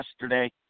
yesterday